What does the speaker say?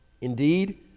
Indeed